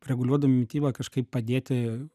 reguliuodami mitybą kažkaip padėti